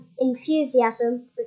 enthusiasm